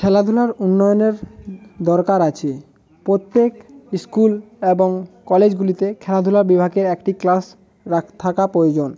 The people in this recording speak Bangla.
খেলাধুলার উন্নয়নের দরকার আছে প্রত্যেক স্কুল এবং কলেজগুলিতে খেলাধুলা বিভাগের একটি ক্লাস থাকা প্রয়োজন